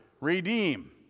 redeem